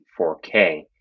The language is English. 4K